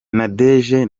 nadege